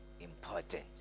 important